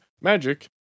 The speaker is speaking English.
magic